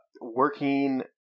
working